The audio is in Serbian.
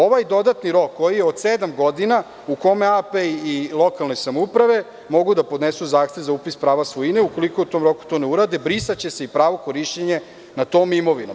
Ovaj dodatni rok koji je od sedam godina u kome AP i lokalne samouprave mogu da podnesu zahtev za upis prava svojine ukoliko u tom roku to ne urade, brisaće se i pravo korišćenja nad tom imovinom.